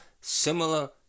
Similar